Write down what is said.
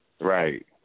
Right